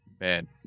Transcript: Man